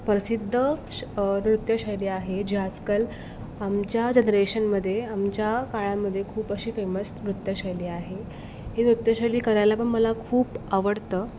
प्रसिद्ध श् नृत्यशैली आहे जे आजकाल आमच्या जनरेशनमध्ये आमच्या काळामध्ये खूप अशी फेमस नृत्यशैली आहे ही नृत्यशैली करायला पण मला खूप आवडतं